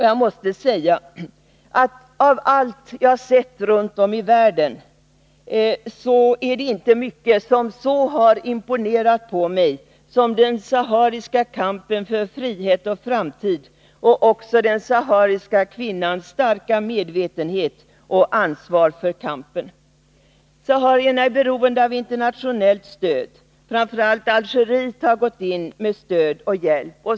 Jag måste säga att av allt jag har sett runt om i världen är det inte mycket som så har imponerat på mig som den sahariska kampen för frihet och framtid — och den sahariska kvinnans starka medvetenhet och ansvar för kampen. Saharierna är beroende av internationellt stöd. Framför allt Algeriet har gått in med stöd och hjälp.